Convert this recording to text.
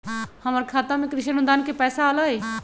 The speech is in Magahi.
हमर खाता में कृषि अनुदान के पैसा अलई?